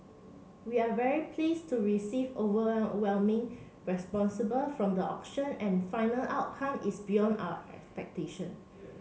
we are very pleased to receive overwhelming responsible from the auction and final outcome is beyond our expectation